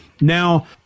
Now